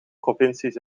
provincies